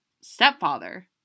stepfather